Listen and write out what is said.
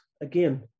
again